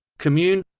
commun.